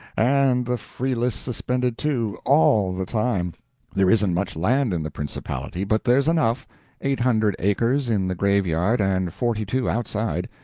and the free-list suspended, too, all the time there isn't much land in the principality, but there's enough eight hundred acres in the graveyard and forty-two outside.